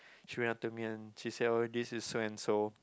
she went up to me and she said oh this is so and so